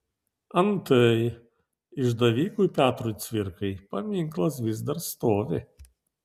antai išdavikui petrui cvirkai paminklas vis dar stovi